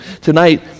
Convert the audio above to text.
Tonight